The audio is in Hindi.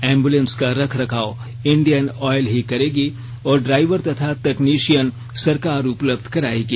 एम्बुलेंस का रख रखाव इंडियन ऑयल ही करेगी और ड्राइवर तथा तकनिशियन सरकार उपलब्ध करायेगी